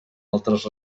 altres